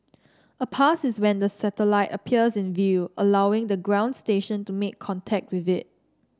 a pass is when the satellite appears in view allowing the ground station to make contact with it